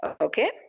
Okay